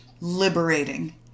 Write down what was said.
liberating